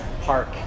park